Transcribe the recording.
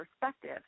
perspective